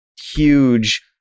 huge